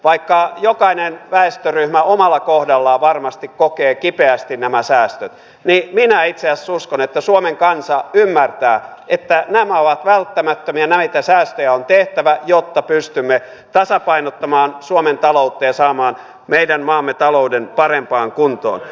vaikka jokainen väestöryhmä omalla kohdallaan varmasti kokee kipeästi nämä säästöt niin minä itse asiassa uskon että suomen kansa ymmärtää että nämä ovat välttämättömiä näitä säästöjä on tehtävä jotta pystymme tasapainottamaan suomen taloutta ja saamaan meidän maamme talouden parempaan kuntoon